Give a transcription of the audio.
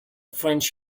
french